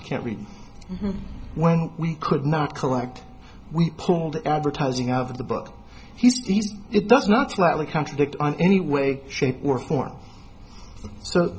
can't read when we could not collect we pulled advertising out of the book he says it does not flatly contradict any way shape or form so